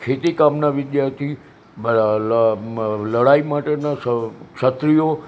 ખેતી કામનાં વિદ્યાર્થી લડાઈ માટેનાં ક્ષત્રિયો